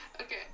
okay